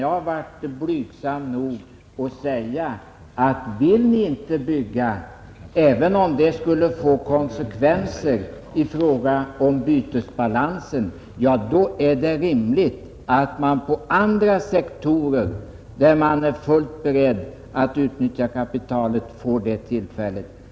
Jag har varit blygsam nog att säga, att om ett företag inte vill bygga, även om det skulle få konsekvenser för bytesbalansen, är det rimligt att man på andra sektorer där man är fullt beredd att utnyttja kapitalet får den möjligheten.